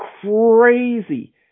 crazy